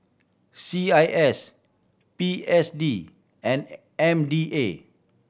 C I S P S D and M D A